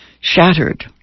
shattered